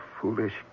foolish